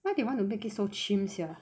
why they want to make it so chim sia